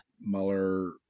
Mueller